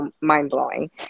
mind-blowing